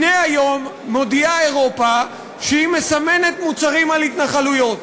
הנה היום מודיעה אירופה שהיא מסמנת מוצרים של התנחלויות.